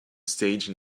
stage